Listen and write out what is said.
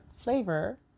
flavor